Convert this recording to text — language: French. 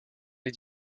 des